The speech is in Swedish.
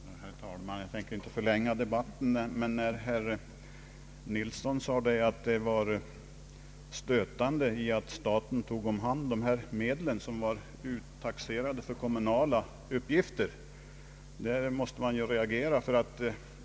Herr talman! Jag tänker inte förlänga debatten, men när herr Nils Nilsson ansåg det vara stötande att staten omhändertog de medel som var uttaxerade för kommunala uppgifter, måste man reagera.